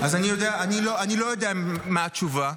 אז אני לא יודע מה התשובה.